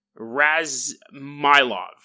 Razmylov